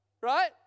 Right